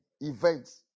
events